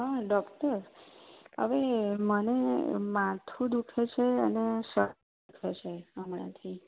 હ ડોક્ટર હવે મને માથું દુખે છે અને થશે હમણાંથી